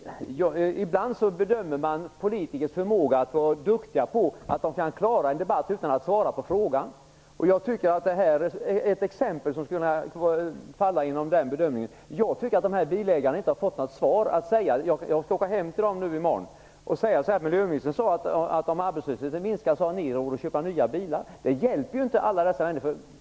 Värderade talman! Ibland bedömer man hur duktiga politiker är efter hur de kan klara en debatt utan att svara på frågan. Detta är ett exempel som skulle kunna falla inom den bedömningen. Jag tycker att dessa bilägare inte har fått något svar. Jag skall åka hem till dem i morgon och tala om att miljöministern sade att de har råd att köpa nya bilar om arbetslösheten minskar. Det hjälper inte alla dessa människor.